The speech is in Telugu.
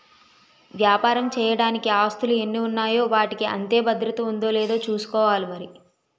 వ్యాపారం చెయ్యడానికి ఆస్తులు ఎన్ని ఉన్నాయో వాటికి అంతే భద్రత ఉందో లేదో చూసుకోవాలి మరి